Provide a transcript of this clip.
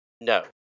No